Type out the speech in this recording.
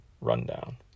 rundown